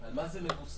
על מה זה מבוסס?